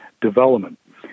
development